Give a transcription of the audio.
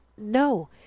No